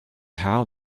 how